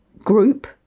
group